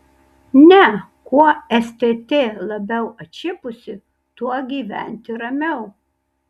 ne kuo stt labiau atšipusi tuo gyventi ramiau